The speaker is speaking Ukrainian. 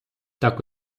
так